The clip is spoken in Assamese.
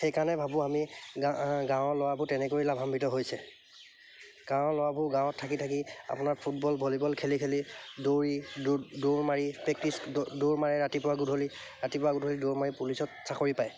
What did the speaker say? সেইকাৰণে ভাবোঁ আমি গা গাঁৱৰ ল'ৰাবোৰ তেনেকৈ লাভাম্বিত হৈছে গাঁৱৰ ল'ৰাবোৰ গাঁৱত থাকি থাকি আপোনাৰ ফুটবল ভলীবল খেলি খেলি দৌৰি দৌৰ দৌৰ মাৰি প্ৰেক্টিছ দৌৰ মাৰে ৰাতিপুৱা গধূলি ৰাতিপুৱা গধূলি দৌৰ মাৰি পুলিচত চাকৰি পায়